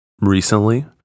recently